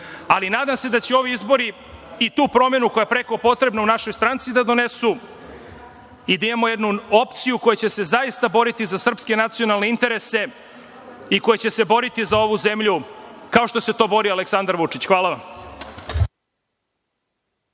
Nadam se da će ovi izbori i tu promenu, koja je preko potrebna u našoj stanci, da donesu i da imamo jednu opciju koja će se zaista boriti za srpske nacionalne interese i koja će se boriti za ovu zemlju kao što se to bori Aleksandar Vučić. Hvala.